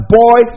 boy